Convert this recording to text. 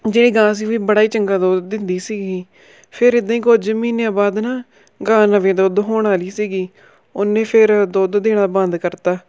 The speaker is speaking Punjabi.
ਜਿਹੜੀ ਗਾਂ ਸੀ ਵੀ ਬੜਾ ਹੀ ਚੰਗਾ ਦੁੱਧ ਦਿੰਦੀ ਸੀਗੀ ਫਿਰ ਇੱਦਾਂ ਹੀ ਕੁਝ ਮਹੀਨਿਆਂ ਬਾਅਦ ਨਾ ਗਾਂ ਨਵੇਂ ਦੁੱਧ ਹੋਣ ਵਾਲੀ ਸੀਗੀ ਉਹਨੇ ਫਿਰ ਦੁੱਧ ਦੇਣਾ ਬੰਦ ਕਰਤਾ